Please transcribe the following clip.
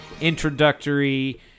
introductory